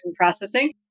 processing